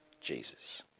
Jesus